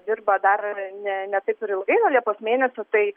dirba dar ne ne taip ir ilgai nuo liepos mėnesio tai